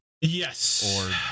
Yes